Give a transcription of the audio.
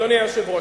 אדוני היושב-ראש,